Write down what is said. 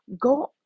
Go